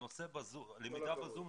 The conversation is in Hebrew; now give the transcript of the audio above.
למידה בזום.